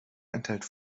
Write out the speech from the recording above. enthält